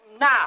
now